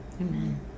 Amen